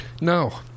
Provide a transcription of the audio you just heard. No